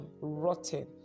rotten